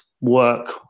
work